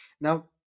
Now